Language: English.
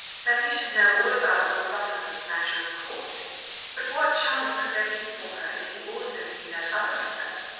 that he should know all about lord rufford was a matter of course but what chance could there be for her if he also knew that other affair?